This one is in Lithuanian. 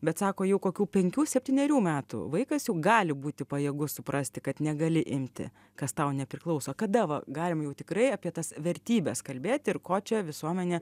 bet sako jau kokių penkių septynerių metų vaikas jau gali būti pajėgus suprasti kad negali imti kas tau nepriklauso kada va galim jau tikrai apie tas vertybes kalbėt ir ko čia visuomenė